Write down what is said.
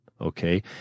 Okay